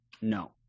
no